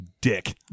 dick